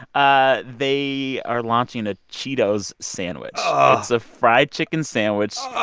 ah they are launching a cheetos sandwich ugh it's a fried chicken sandwich. ugh.